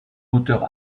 auteur